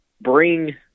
bring